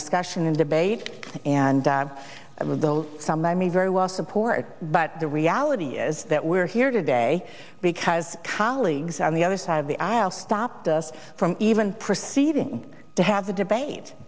discussion and debate and those some i mean very well support but the reality is that we're here today because colleagues on the other side of the aisle stopped us from even proceeding to have a debate